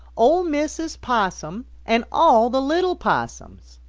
ol' mrs. possum and all the little possums.